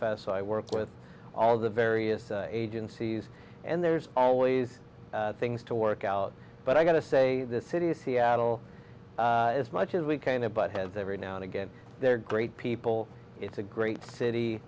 fast so i work with all the various agencies and there's always things to work out but i got to say the city of seattle as much as we kind of butt heads every now and again they're great people it's a great city